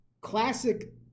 classic